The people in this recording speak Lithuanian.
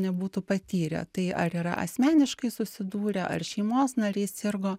nebūtų patyrę tai ar yra asmeniškai susidūrę ar šeimos narys sirgo